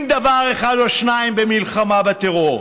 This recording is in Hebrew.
כמי שמבין דבר אחד או שניים במלחמה בטרור,